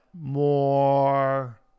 More